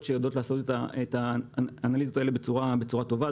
שיודעות לעשות את האנליזות האלה בצורה טובה.